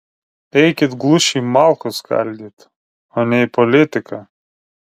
eikit glušiai malkų skaldyt o ne į politiką